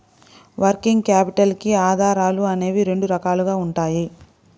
working capital కి ఆధారాలు అనేవి రెండు రకాలుగా ఉంటాయి